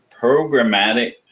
programmatic